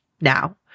now